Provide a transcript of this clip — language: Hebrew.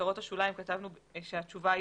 בכותרות השוליים כתבנו שהתשובה היא